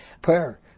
prayer